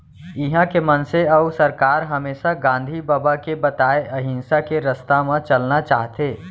इहॉं के मनसे अउ सरकार हमेसा गांधी बबा के बताए अहिंसा के रस्ता म चलना चाहथें